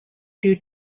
due